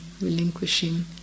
relinquishing